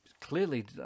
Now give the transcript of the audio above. clearly